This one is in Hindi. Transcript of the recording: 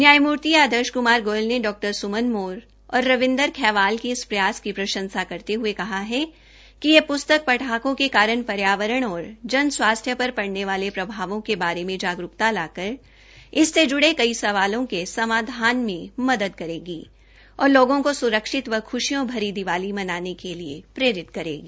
न्यायमूर्ति आदर्श क्मार गोयल ने डॉ स्मन मोर और रविंदर खैवाल के इस प्रयास की प्रशंसा करते हए कहा है कि यह प्स्तक पटाखों के कारण पर्यावरण और जन स्वास्थ्य पर पड़ने वाले प्रभावों के बारे में जागरूकता लाकर इससे जुड़े कई सवालों के समाधान में मदद करेगी और लोगों को स्रक्षित व ख्शियों भरी दिवाली मनाने के लिए प्रेरित करेगी